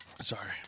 Sorry